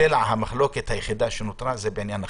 לסלע המחלוקת שנותרה וזה בעניין החידוש.